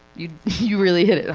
you you really hit